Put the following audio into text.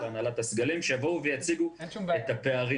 ולהנהלת הסגלים כדי שיבואו ויציגו את הפערים.